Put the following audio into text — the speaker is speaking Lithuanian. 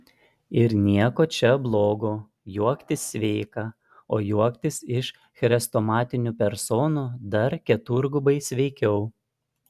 ir nieko čia blogo juoktis sveika o juoktis iš chrestomatinių personų dar keturgubai sveikiau